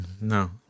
no